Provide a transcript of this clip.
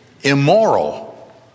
immoral